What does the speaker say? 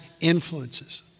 influences